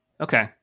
Okay